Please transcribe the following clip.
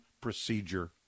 procedure